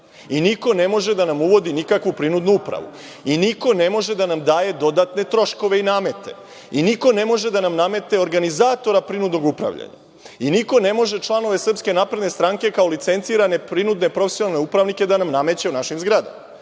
i niko ne može da nam uvodi nikakvu prinudnu upravu. Niko ne može da nam daje dodatne troškove i namete. Niko ne može da nam nametne organizatora prinudnog upravljanja. Niko ne može članove SNS kao licencirane prinudne profesionalne upravnike da nam nameće u našim zgradama.